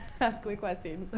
quick question.